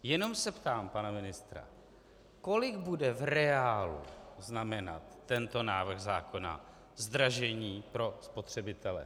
Jenom se ptám pana ministra, kolik bude v reálu znamenat tento návrh zákona zdražení pro spotřebitele.